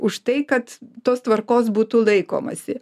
už tai kad tos tvarkos būtų laikomasi